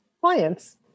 clients